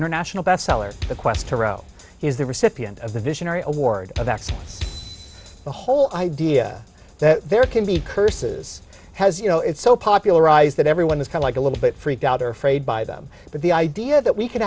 international bestseller the quest to row is the recipient of the visionary award that's the whole idea that there can be curses has you know it's so popularized that everyone is kind like a little bit freaked out or afraid by them but the idea that we c